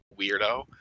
weirdo